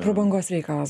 prabangos reikalas